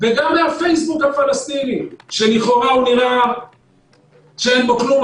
וגם מהפייסבוק הפלסטיני שלכאורה נראה שאין בו כלום,